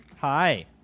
Hi